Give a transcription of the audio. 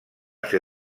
ser